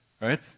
right